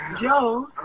Joe